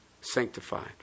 sanctified